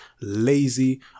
lazy